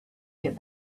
get